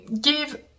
give